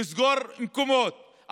לסגור מקומות,